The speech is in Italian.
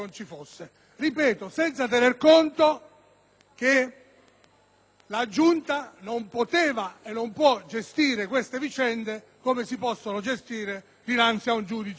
la Giunta non poteva e non può gestire queste vicende, come si possono gestire dinanzi ad un giudice civile, penale o amministrativo.